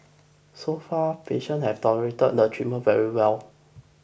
so far patients have tolerated the treatment very well